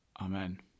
Amen